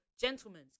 gentlemen